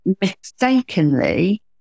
mistakenly